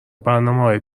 برنامههای